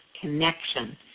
connection